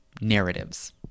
narratives